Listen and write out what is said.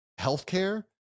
healthcare